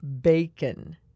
bacon